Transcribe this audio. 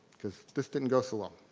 this didn't go so um